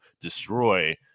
destroy